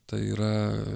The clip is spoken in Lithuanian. tai yra